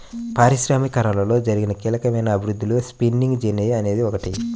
పారిశ్రామికీకరణలో జరిగిన కీలకమైన అభివృద్ధిలో స్పిన్నింగ్ జెన్నీ అనేది ఒకటి